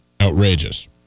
Outrageous